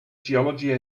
geology